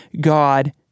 God